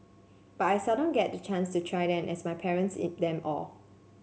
but I seldom get the chance to try them as my parents eat them all